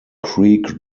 creek